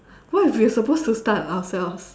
what if we are supposed to start ourselves